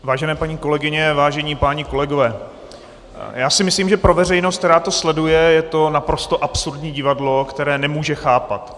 Vážené paní kolegyně, vážení páni kolegové, já si myslím, že pro veřejnost, která to sleduje, je to naprosto absurdní divadlo, které nemůže chápat.